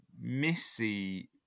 Missy